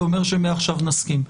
זה אומר שמעכשיו נסכים.